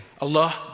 Allah